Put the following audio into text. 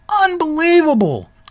Unbelievable